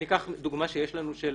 דוגמה שיש לנו עכשיו